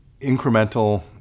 incremental